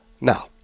now